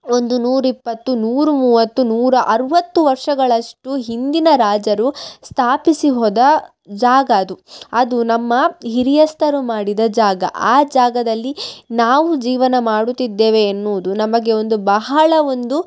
ಒಂದು ನೂರ ಇಪ್ಪತ್ತು ನೂರ ಮೂವತ್ತು ನೂರ ಅರ್ವತ್ತು ವರ್ಷಗಳಷ್ಟು ಹಿಂದಿನ ರಾಜರು ಸ್ಥಾಪಿಸಿ ಹೋದ ಜಾಗ ಅದು ಅದು ನಮ್ಮ ಹಿರಿಯಸ್ಥರು ಮಾಡಿದ ಜಾಗ ಆ ಜಾಗದಲ್ಲಿ ನಾವು ಜೀವನ ಮಾಡುತ್ತಿದ್ದೇವೆ ಎನ್ನುವುದು ನಮಗೆ ಒಂದು ಬಹಳ ಒಂದು